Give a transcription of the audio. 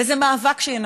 וזה מאבק שינצח.